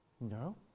No